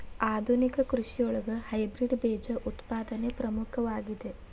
ಆಧುನಿಕ ಕೃಷಿಯೊಳಗ ಹೈಬ್ರಿಡ್ ಬೇಜ ಉತ್ಪಾದನೆ ಪ್ರಮುಖವಾಗಿದೆ